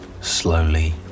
slowly